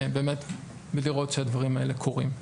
וחשוב לראות שהדברים האלה קורים.